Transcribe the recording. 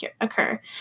occur